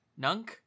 Nunk